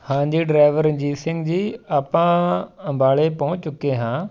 ਹਾਂਜੀ ਡਰਾਇਵਰ ਰਣਜੀਤ ਸਿੰਘ ਜੀ ਆਪਾਂ ਅੰਬਾਲੇ ਪਹੁੰਚ ਚੁੱਕੇ ਹਾਂ